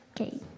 Okay